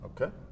Okay